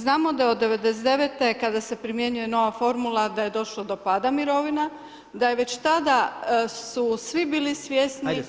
Znamo dao od '99. kada se primjenjuje nova formula da je došlo do pada mirovina, da je već tada su svi bili svjesni